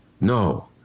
No